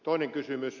toinen kysymys